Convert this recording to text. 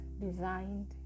designed